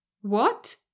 What